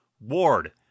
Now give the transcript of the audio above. Ward